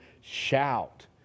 shout